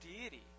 deity